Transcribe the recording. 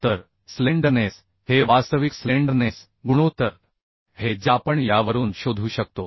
तर स्लेंडरनेस हे वास्तविक स्लेंडरनेस गुणोत्तर आहे जे आपण यावरून शोधू शकतो